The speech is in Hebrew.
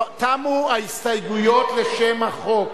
תמו ההסתייגויות לשם החוק,